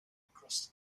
across